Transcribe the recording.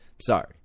Sorry